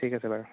ঠিক আছে বাৰু